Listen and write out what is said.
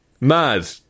mad